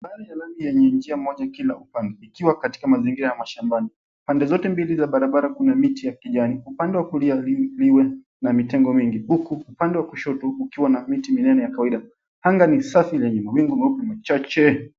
Barabara ya lami yenye njia moja kila upande ikiwa katika mazingira ya mashambani. Pande zote mbili za barabara kuna miti ya kijani. Upande wa kulia liwe na mitengo mingi huku upande wa kushoto ukiwa na miti minene ya kawaida. Anga ni safi lenye mawingu meupe machache.